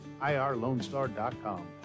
IRLoneStar.com. ¶¶